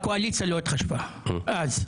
הקואליציה לא התחשבה אז.